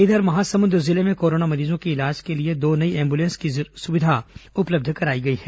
इधर महासमुंद जिले में कोरोना मरीजों की इलाज के लिए दो नई एम्बुलेंस की सुविधा उपलब्ध कराई गई है